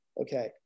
okay